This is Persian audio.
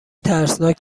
ترسناک